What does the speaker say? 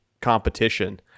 competition